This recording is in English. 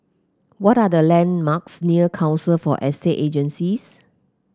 what are the landmarks near Council for Estate Agencies